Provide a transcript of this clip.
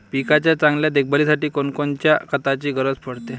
पिकाच्या चांगल्या देखभालीसाठी कोनकोनच्या खताची गरज पडते?